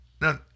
Now